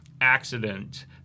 accident